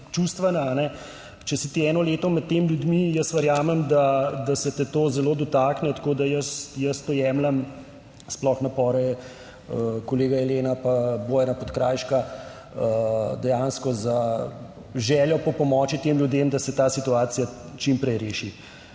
čustvena, ne, če si ti eno leto med temi ljudmi, jaz verjamem, da se te to zelo dotakne. Tako da jaz to jemljem sploh napore kolega Jelena, pa Bojana Podkrajška dejansko za željo po pomoči tem ljudem, da se ta situacija čim prej reši.